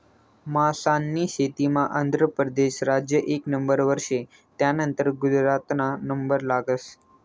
मासास्नी शेतीमा आंध्र परदेस राज्य एक नंबरवर शे, त्यानंतर गुजरातना नंबर लागस